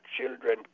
children